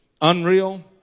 Unreal